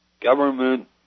government